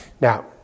Now